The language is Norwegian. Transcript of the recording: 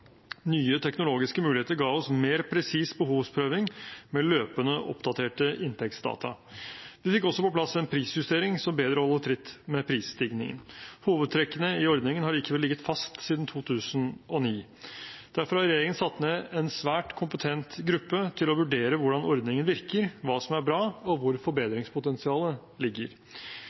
Nye teknologiske muligheter ga oss mer presis behovsprøving med løpende oppdaterte inntektsdata. Vi fikk også på plass en prisjustering som bedre holder tritt med prisstigningen. Hovedtrekkene i ordningen har likevel ligget fast siden 2009. Derfor har regjeringen satt ned en svært kompetent gruppe til å vurdere hvordan ordningen virker, hva som er bra, og hvor forbedringspotensialet ligger.